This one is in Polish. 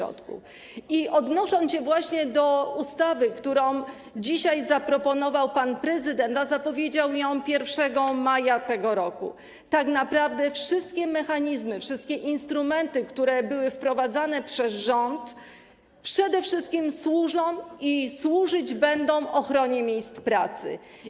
Odnosząc się do ustawy, którą dzisiaj zaproponował pan prezydent, a zapowiedział ją 1 maja tego roku: tak naprawdę wszystkie mechanizmy, wszystkie instrumenty, które były wprowadzane przez rząd, przede wszystkim służą i służyć będą ochronie miejsc pracy.